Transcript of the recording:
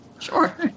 Sure